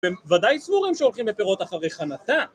הם ודאי צבורים שהולכים לפירות אחרי חנתה